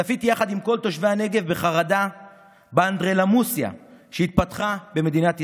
צפיתי יחד עם כל תושבי הנגב בחרדה באנדרלמוסיה שהתפתחה במדינת ישראל,